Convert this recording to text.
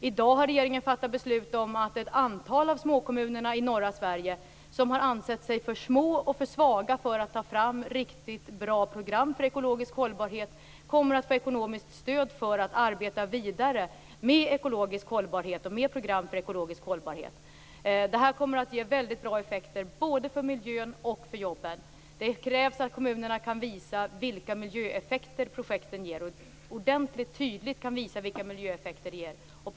I dag har regeringen fattat beslut om att ett antal av småkommunerna i norra Sverige, som har ansett sig för små och för svaga för att ta fram riktigt bra program för ekologisk hållbarhet, kommer att få ekonomiskt stöd för att arbeta vidare med ekologisk hållbarhet och program för ekologisk hållbarhet. Det kommer att ge väldigt bra effekter både för miljön och för jobben. Det krävs att kommunerna tydligt kan visa vilka miljöeffekter projekten ger.